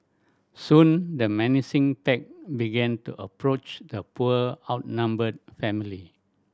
soon the menacing pack began to approach the poor outnumbered family